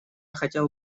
хотел